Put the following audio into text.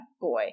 boy